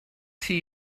see